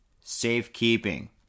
Safekeeping